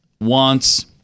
wants